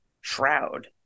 shroud